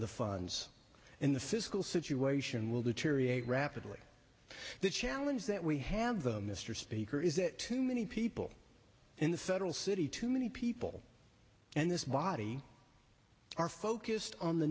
the funds in the fiscal situation will deteriorate rapidly the challenge that we hand them mr speaker is that too many people in the federal city too many people and this body are focused on the